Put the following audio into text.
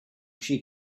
she